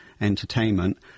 entertainment